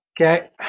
Okay